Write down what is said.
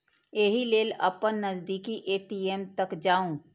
एहि लेल अपन नजदीकी ए.टी.एम तक जाउ